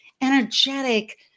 energetic